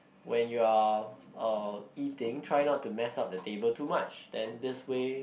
when you are uh eating try not to mess up the table too much then this way